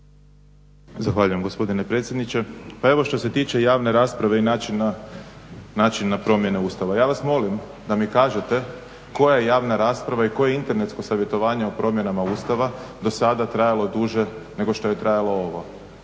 Zahvaljujem gospodine predsjedniče. Pa evo što se tiče javne rasprave i načina promjene Ustava ja vas molim da mi kažete koja je javna rasprava i koje internetsko savjetovanje o promjenama Ustava dosada trajalo duže nego što je trajalo ovo.